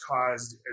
caused